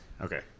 Okay